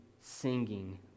singing